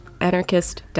anarchist